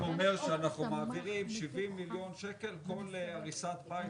זה אומר שאנחנו מעבירים 70 מיליון שקלים לכל הריסת בית,